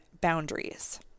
boundaries